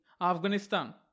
Afghanistan